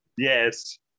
Yes